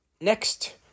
next